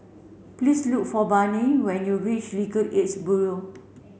please look for Barney when you reach Legal Aid Bureau